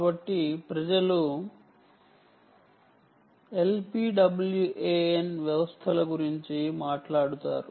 కాబట్టి ప్రజలు LPWAN వ్యవస్థల గురించి మాట్లాడుతారు